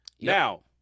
Now